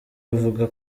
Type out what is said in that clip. avuga